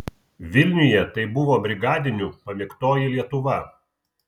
vilniuje tai buvo brigadinių pamėgtoji lietuva